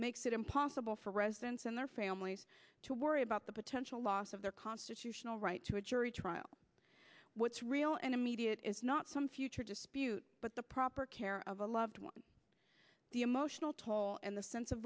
makes it impossible for residents and their families to worry about the potential loss of their constitutional right to a jury trial what's real and immediate is not some future dispute but the proper care of a loved one the emotional toll and the sense of